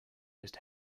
just